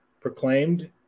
proclaimed